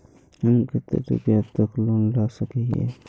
हम कते रुपया तक लोन ला सके हिये?